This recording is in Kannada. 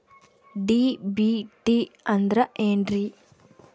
ಡಿ.ಬಿ.ಟಿ ಅಂದ್ರ ಏನ್ರಿ?